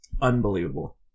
unbelievable